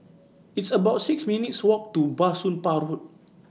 It's about six minutes' Walk to Bah Soon Pah Hood